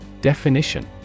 Definition